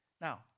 Now